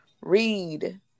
read